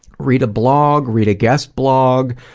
read a blog, read a guest blog,